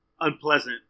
unpleasant